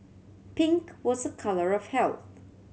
pink was a colour of health